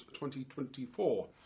2024